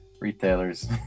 retailers